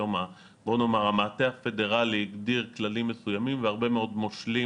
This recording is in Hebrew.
היום המעטה הפדרלי הגדיר כללים מסוימים והרבה מאוד מושלים